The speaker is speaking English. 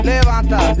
Levanta